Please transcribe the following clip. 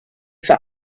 for